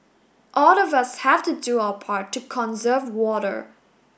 all of us have to do our part to conserve water